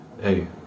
hey